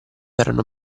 erano